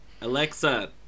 Alexa